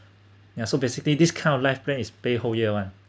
ya so basically this kind of life plan is pay whole year [one]